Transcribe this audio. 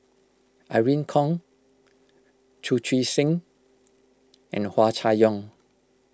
Irene Khong Chu Chee Seng and Hua Chai Yong